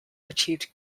achieved